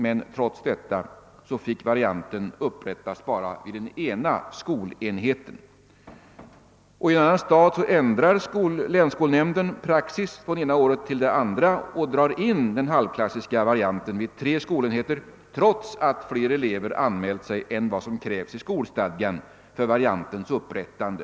Men trots detta fick varianten upprättas bara i den ena skolenheten. I en annan stad ändrade länsskolnämnden praxis från det ena året till det andra och drog in den halvklassiska varianten vid tre skolenheter, trots att fler elever hade anmält sig dit än vad som krävdes i skolstadgan för variantens upprättande.